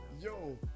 Yo